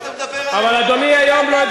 אם אנחנו כלום,